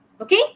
okay